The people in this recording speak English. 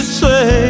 say